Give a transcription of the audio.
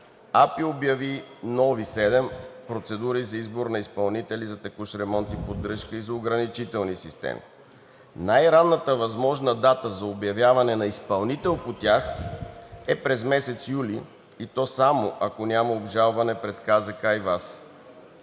АПИ обяви нови седем процедури за избор на изпълнители за текущ ремонт и поддръжка и за ограничителни системи, а най-ранната възможна дата за обявяване на изпълнител по тях е през месец юли, и то само ако няма обжалване от КЗК и ВАС.